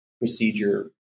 procedure